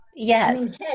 Yes